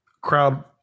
Crowd